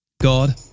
God